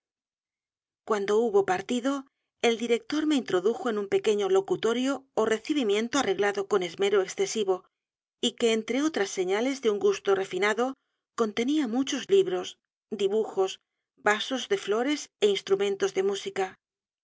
cuando hubo partido el director me introdujo en un pequeño locutorio ó recibimiento arreglado con esmero excesivo y que entre otras señales de un gusto refinado contenía muchos libros dibujos vasos de llores é instrumentos de música